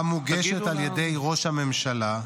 המוגשת על ידי ראש הממשלה,